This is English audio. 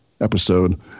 episode